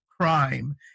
crime